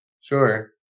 Sure